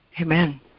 amen